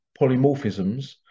polymorphisms